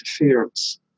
interference